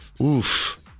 Oof